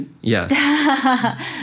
Yes